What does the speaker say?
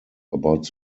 about